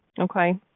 Okay